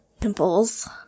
pimples